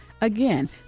Again